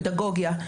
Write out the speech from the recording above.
פדגוגיה,